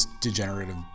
degenerative